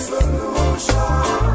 Solution